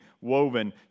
woven